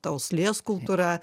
ta uoslės kultūra